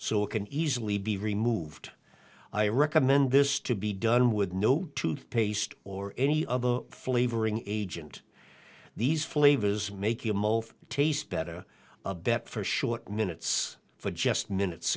so it can easily be removed i recommend this to be done with no toothpaste or any other flavoring agent these flavors make you a mole for taste better bet for short minutes for just minutes